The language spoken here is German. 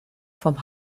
vom